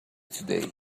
today